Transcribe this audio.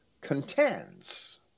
contends